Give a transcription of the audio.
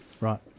Right